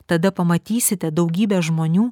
tada pamatysite daugybę žmonių